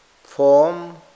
Form